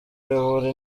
ayobora